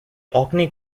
orkney